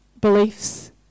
beliefs